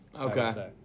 Okay